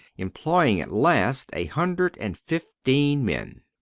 employing at last a hundred and fifteen men.